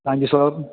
thank you sir